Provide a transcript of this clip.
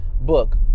book